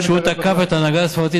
כשהוא תקף את ההנהגה הספרדית,